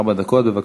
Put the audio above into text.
ארבע דקות, בבקשה.